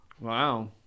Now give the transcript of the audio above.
Wow